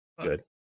good